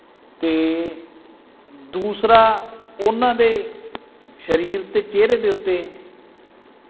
ਅਤੇ ਦੂਸਰਾ ਉਹਨਾਂ ਦੇ ਸਰੀਰ ਅਤੇ ਚਿਹਰੇ ਦੇ ਉੱਤੇ